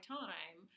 time